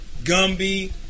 Gumby